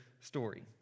story